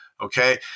okay